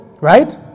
right